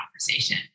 conversation